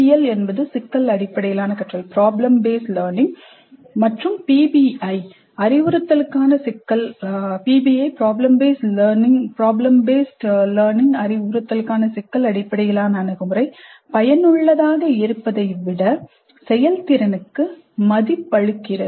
PBL சிக்கல் அடிப்படையிலான கற்றல் மற்றும் PBI அறிவுறுத்தலுக்கான சிக்கல் அடிப்படையிலான அணுகுமுறை பயனுள்ளதாக இருப்பதைவிட செயல்திறனுக்கு மதிப்பளிக்கிறது